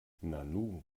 nanu